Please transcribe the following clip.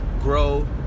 grow